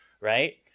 right